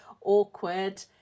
awkward